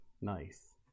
nice